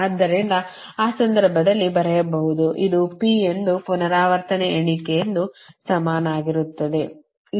ಆದ್ದರಿಂದ ಆ ಸಂದರ್ಭದಲ್ಲಿ ಬರೆಯಬಹುದು ಅದು P ಎಂದು ಪುನರಾವರ್ತನೆ ಎಣಿಕೆ ಸಮಾನವಾಗಿರುತ್ತದೆ